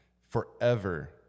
forever